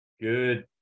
Good